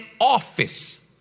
office